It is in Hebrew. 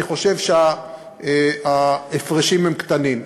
ואני חושב שההפרשים הם קטנים.